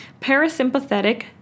parasympathetic